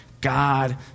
God